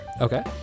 Okay